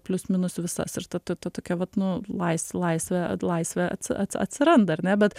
plius minus visas ir ta to tokia vat nu lais laisvė laisvė atsi atsiranda ar ne bet